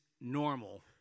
normal